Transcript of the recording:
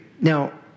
Now